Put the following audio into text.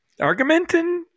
argumenting